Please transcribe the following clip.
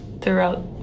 throughout